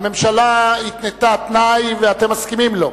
הממשלה התנתה תנאי ואתם מסכימים לו.